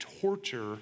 torture